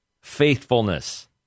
faithfulness